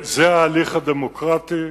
זה ההליך הדמוקרטי.